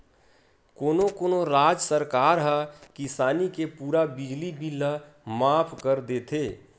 कोनो कोनो राज सरकार ह किसानी के पूरा बिजली बिल ल माफ कर देथे